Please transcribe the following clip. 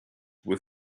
were